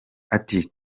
ati